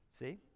see